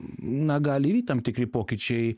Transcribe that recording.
na gal yri tam tikri pokyčiai